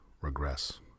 regress